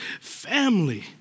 Family